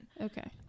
Okay